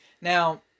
Now